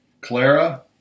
Clara